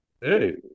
Hey